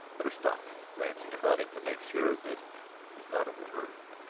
cutter stopped, glancing about him to make sure that he was not overheard.